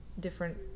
different